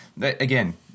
again